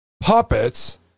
puppets